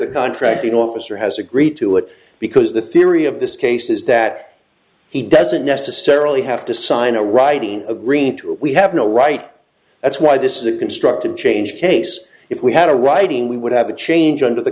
the contracting officer has agreed to it because the theory of this case is that he doesn't necessarily have to sign a writing agreeing to it we have no right that's why this is a constructive change case if we had a writing we would have a change under the